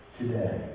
today